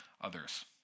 others